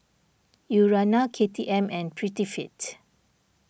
Urana K T M and Prettyfit